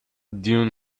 dune